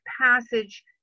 passage